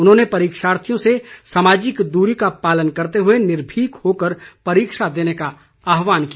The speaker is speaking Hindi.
उन्होंने परीक्षार्थियों से सामाजिक दूरी का पालन करते हुए निर्भीक होकर परीक्षा देने का आहवान किया